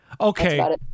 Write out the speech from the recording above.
Okay